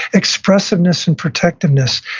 expressiveness and protectiveness,